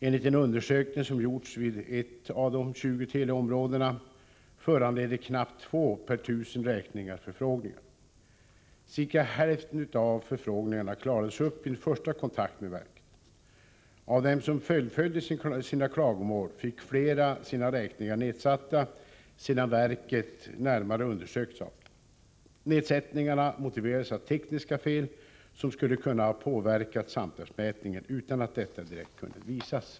Enligt en undersökning som gjorts vid ett av de 20 teleområdena föranledde knappt två per tusen räkningar förfrågningar. Ca hälften av förfrågningarna klarades upp vid en första kontakt med verket. Av dem som fullföljde sina klagomål fick flera sina räkningar nedsatta sedan verket närmare undersökt saken. Nedsättningarna motiverades av tekniska fel som skulle kunna ha påverkat samtalsmätningen, utan att detta direkt kunnat visas.